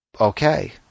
okay